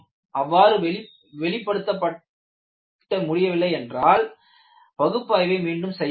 அவ்வாறு வெளிப்படுத்த முடியவில்லை என்றால் பகுப்பாய்வை மீண்டும் செய்ய வேண்டும்